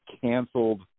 canceled